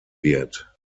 wird